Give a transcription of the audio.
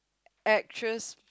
actress